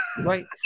Right